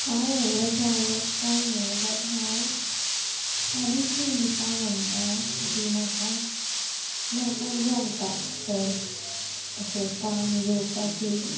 हांव व्हडलें गायक काय न्हू बट हांव सादीशीं गितां म्हणटां जीं म्हाका म्हणपाक जमता चड अशें ताण घेवपाकूय